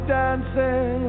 dancing